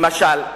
למשל.